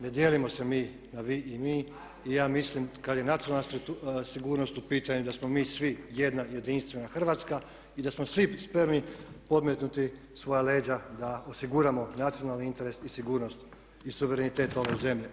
Ne dijelimo se mi na vi i mi i ja mislim kada je nacionalna sigurnost u pitanju da smo mi svi jedna jedinstvena Hrvatska i da smo svi spremni podmetnuti svoja leđa da osiguramo nacionalni interes i sigurnost i suverenitet ove zemlje.